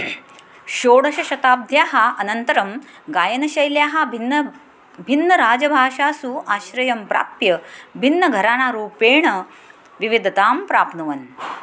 षोडशशताब्ध्याः अनन्तरं गायनशैल्याः भिन्न भिन्नराजभाषासु आश्रयं प्राप्य भिन्नघरानारूपेण विविधतां प्राप्नुवन्